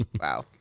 wow